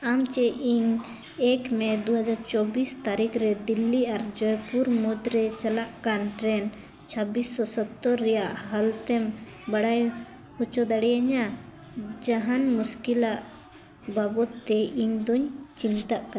ᱟᱢ ᱪᱮᱫ ᱤᱧ ᱮᱠ ᱢᱮᱹ ᱫᱩ ᱦᱟᱡᱟᱨ ᱪᱚᱵᱽᱵᱤᱥ ᱛᱟᱹᱨᱤᱠᱷ ᱨᱮ ᱫᱤᱞᱞᱤ ᱟᱨ ᱡᱚᱭᱯᱩᱨ ᱢᱩᱫᱽ ᱨᱮ ᱪᱟᱞᱟᱜ ᱠᱟᱱ ᱴᱨᱮᱹᱱ ᱪᱷᱟᱵᱽᱵᱤᱥᱥᱚ ᱥᱛᱛᱳᱨ ᱨᱮᱭᱟᱜ ᱦᱟᱞᱚᱛᱮᱢ ᱵᱟᱲᱟᱭ ᱦᱚᱪᱚ ᱫᱟᱲᱮᱭᱟᱹᱧᱟ ᱡᱟᱦᱟᱱ ᱢᱩᱥᱠᱤᱞᱟᱜ ᱵᱟᱵᱚᱫᱽᱛᱮ ᱤᱧ ᱫᱚᱧ ᱪᱤᱱᱛᱟᱹᱜ ᱠᱟᱱᱟ